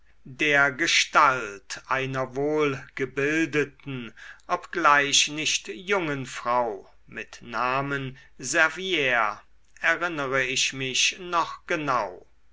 gestalt einer wohlgebildeten obgleich nicht jungen frau mit namen servire erinnere ich mich noch genau